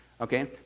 Okay